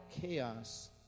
chaos